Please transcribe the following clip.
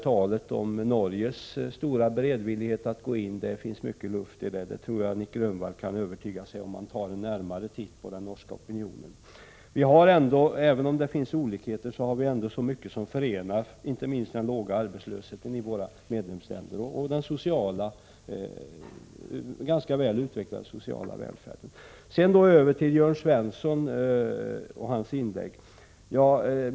Talet om Norges stora beredvillighet att gå in är tillstor del gripet ur luften — det tror jag Nic Grönvall kan konstatera, om han tar en närmare titt på den norska opinionen. Även om det finns olikheter har vi inom EFTA ändå mycket som förenar, inte minst den låga arbetslösheten och den ganska väl utvecklade sociala välfärden i våra medlemsländer. Jag vill sedan gå över till Jörn Svenssons inlägg.